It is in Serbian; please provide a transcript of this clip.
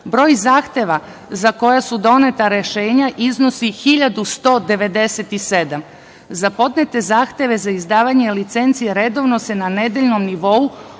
zahteva za koja su doneta rešenja, iznosi 1.197. Za podnete zahteve za izdavanje licenci redovno se na nedeljnom nivou